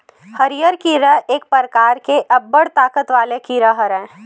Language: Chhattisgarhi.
हरियर कीरा एक परकार के अब्बड़ ताकत वाले कीरा हरय